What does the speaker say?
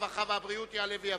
הרווחה והבריאות יעלה ויבוא.